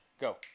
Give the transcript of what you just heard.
Go